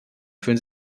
fühlen